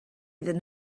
iddyn